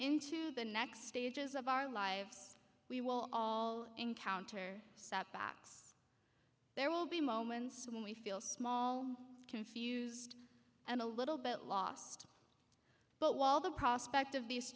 into the next stages of our lives we will all encounter setbacks there will be moments when we feel small confused and a little bit lost but while the prospect of th